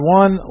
one